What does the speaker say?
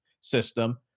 system